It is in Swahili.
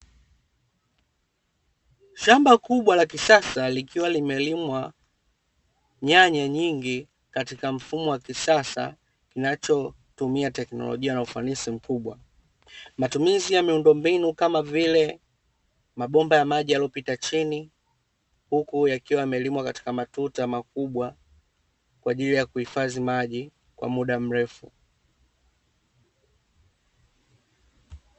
Shamba kubwa la kisasa likiwa limelimwa nyanya nyingi katika mfumo wa kisasa kinachotumia teknolojia na ufanisi mkubwa. Matumizi ya miundombinu kama vile mabomba ya maji yaliyopita chini, huku yakiwa yamelimwa katika matuta makubwa kwa ajili ya kuhifadhi maji kwa muda mrefu.